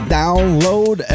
download